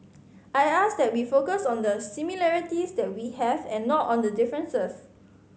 I ask that we focus on the similarities that we have and not on the differences